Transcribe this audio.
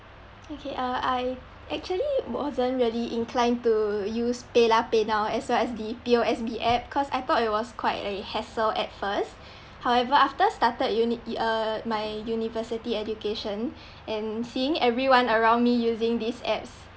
okay uh I actually wasn't really inclined to use paylah paynow as well as the P_O_S_B app cause I thought it was quite a hassle at first however after started uni err my university education and seeing everyone around me using these apps